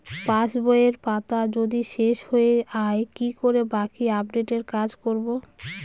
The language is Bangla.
পাসবইয়ের পাতা যদি শেষ হয়ে য়ায় কি করে বাকী আপডেটের কাজ করব?